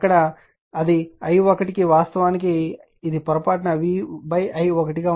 ఇక్కడ ఇది I1 వాస్తవానికి ఇది పొరపాటున v i 1 ఉండాలి